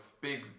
big